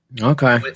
Okay